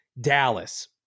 Dallas